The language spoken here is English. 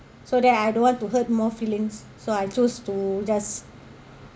so that I don't want to hurt more feelings so I choose to just